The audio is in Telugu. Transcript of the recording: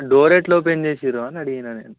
డోర్ ఎట్లా ఓపెన్ చేసినారు అని అడిగినా నేను